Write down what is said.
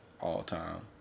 all-time